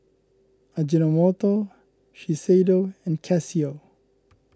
Ajinomoto Shiseido and Casio